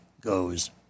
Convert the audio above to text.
goes